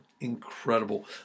incredible